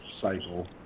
cycle